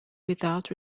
without